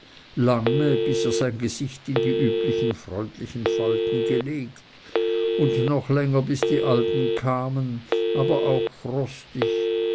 lange bis er sein gesicht in die üblichen freundlichen falten gelegt und noch länger bis die alten kamen aber auch frostig